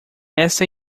esta